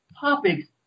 topics